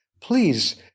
Please